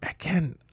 again